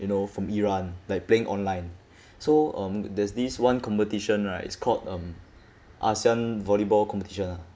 you know from iran like playing online so um there's this one competition right it's called um ASEAN volleyball competition ah